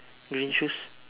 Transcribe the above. green shoes